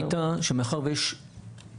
הטענה שלנו הייתה שמאחר ויש בתכנון,